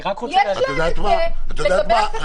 יש להם את זה לגבי עסקים.